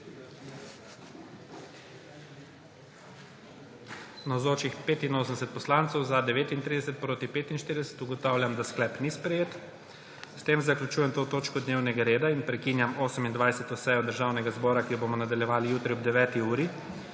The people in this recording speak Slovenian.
45. (Za je glasovalo 39.) (Proti 45.) Ugotavljam, da sklep ni sprejet. S tem zaključujem to točko dnevnega reda in prekinjam 28. sejo Državnega zbora, ki jo bomo nadaljevali jutri ob 9. uri.